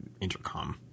intercom